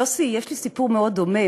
יוסי, יש לי סיפור מאוד דומה